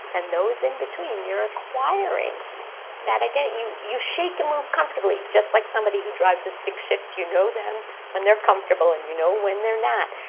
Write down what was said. and those in between. you're acquiring that identity. you you shake and move comfortably just like somebody who drives a stick shift. you know them when they're comfortable and you know when they're not.